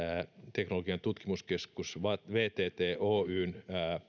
teknologian tutkimuskeskus vtt vtt oyn